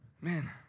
man